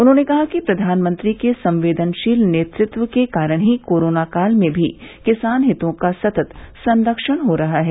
उन्होंने कहा कि प्रधानमंत्री के संवेदनशील नेतृत्व के कारण ही कोरोना काल में भी किसान हितों का सतत संरक्षण हो रहा है